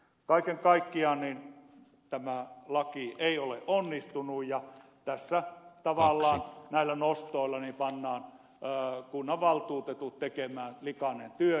kaiken kaikkiaan tämä laki ei ole onnistunut ja tavallaan näillä nostoilla pannaan kunnanvaltuutetut tekemään likainen työ